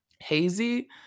hazy